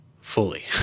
fully